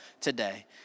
today